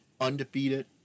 undefeated